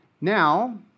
Now